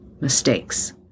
mistakes